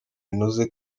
binoze